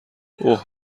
اوه